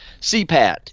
CPAT